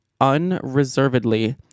unreservedly